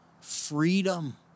freedom